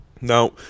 now